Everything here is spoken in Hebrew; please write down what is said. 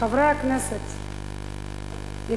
חברי הכנסת יקרים,